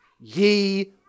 ye